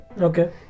Okay